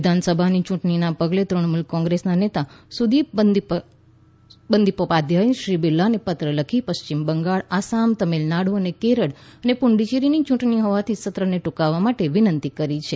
વિધાનસભાની યૂંટણીના પગલે તૃણમૂલ કોંગ્રેસના નેતા સુદિપ બંદિયોપાધ્યાયે શ્રી બિરલાને પત્ર લખીને પશ્ચિમ બંગાળ આસામ તામિલનાડુ અને કેરળ અને પ્રદ્દચેરીની ચૂંટણી હોવાથી સત્રને ટુંકાવવા વિનંતી કરી છે